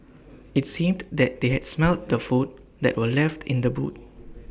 IT seemed that they had smelt the food that were left in the boot